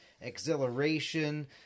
exhilaration